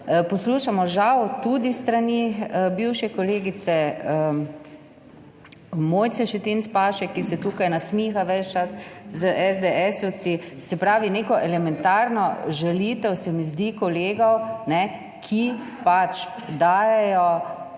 poslušamo žal tudi s strani bivše kolegice Mojce Šetinc Pašek, ki se tukaj nasmiha ves čas z SDS-ovci, se pravi neko elementarno žalitev se mi zdi, kolegov, ki dajejo